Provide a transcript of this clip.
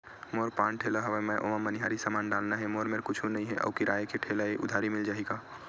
मोर पान ठेला हवय मैं ओमा मनिहारी समान डालना हे मोर मेर कुछ नई हे आऊ किराए के ठेला हे उधारी मिल जहीं का?